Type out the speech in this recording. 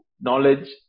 knowledge